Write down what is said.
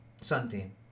Santi